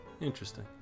Interesting